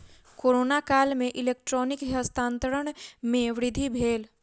corona काल में electronic हस्तांतरण में वृद्धि भेल